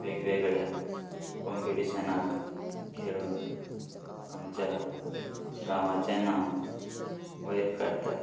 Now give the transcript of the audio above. वेगवेगळ्या कॉम्पिटिशनाक खेळून आमच्या गांवाचें नांव वयर काडतात